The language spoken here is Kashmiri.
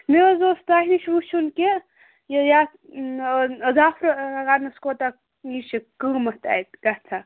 مےٚ حظ اوس تۄہہِ نِش وُچھُن کہِ یَتھ دَپ تہٕ کوٗتاہ نِش چھُ قیۭمَتھ اَتہِ پٮ۪ٹھٕ